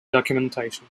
documentation